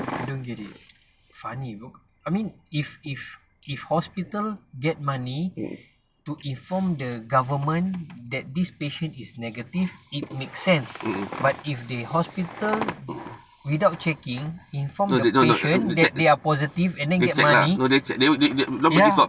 I don't get it funny look I mean if if if hospital get money to inform the government that this patient is negative it make sense but if they hospital without checking inform the patient that they are positive and then get money ya